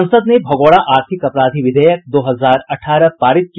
संसद ने भगोड़ा आर्थिक अपराधी विधेयक दो हजार अठारह पारित किया